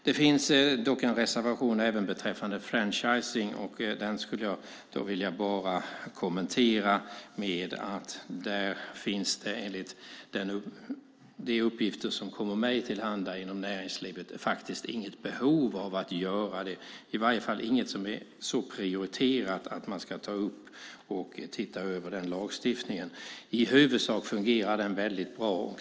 Det finns dock en reservation även beträffande franchising, och den skulle jag vilja kommentera med att det där enligt de uppgifter som kommer mig till handa inom näringslivet inte finns något behov av att göra det som föreslås i reservationen. Det är i varje fall inget prioriterat att se över den lagstiftningen. I huvudsak fungerar den väldigt bra.